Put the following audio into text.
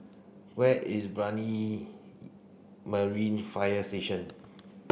where is Brani Marine Fire Station